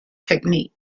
technique